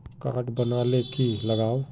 Card बना ले की लगाव?